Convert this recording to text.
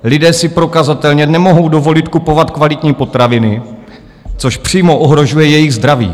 Lidé si prokazatelně nemohou dovolit kupovat kvalitní potraviny, což přímo ohrožuje jejich zdraví.